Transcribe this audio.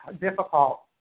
difficult